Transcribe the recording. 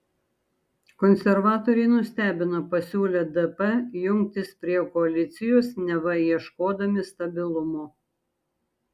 konservatoriai nustebino pasiūlę dp jungtis prie koalicijos neva ieškodami stabilumo